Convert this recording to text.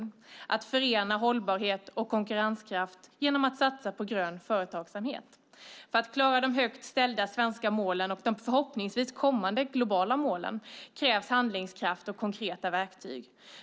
Det handlar om att förena hållbarhet och konkurrenskraft genom att satsa på grön företagsamhet. För att klara de högt ställda svenska målen och de förhoppningsvis kommande globala målen krävs handlingskraft och konkreta verktyg.